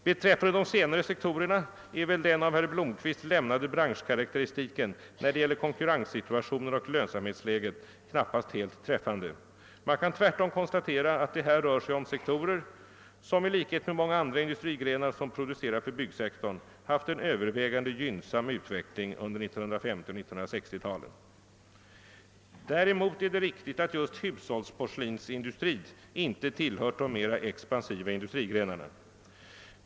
Beträffande de senare sektorerna är väl den av herr Blomkvist lämnade branschkarakteristiken när det gäller konkurrenssituationen och lönsamhetsläget knappast helt träffande. Man kan tvärtom konstatera att det här rör sig om sektorer som — i likhet med många andra industrigrenar som producerar för byggsektorn — haft en övervägan de gynnsam utveckling under 1950 och 1960-talen. Däremot är det riktigt att just hushållsporslinsindustrin inte tillhört de mera expansiva industrigrenarna.